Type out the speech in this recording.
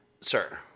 Sir